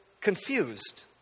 confused